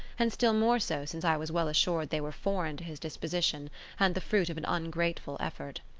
and still more so since i was well assured they were foreign to his disposition and the fruit of an ungrateful effort.